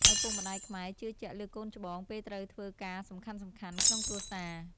ឪពុកម្តាយខ្មែរជឿជាក់លើកូនច្បង ពេលត្រូវធ្វើការសំខាន់ៗក្នុងគ្រួសារ។